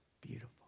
beautiful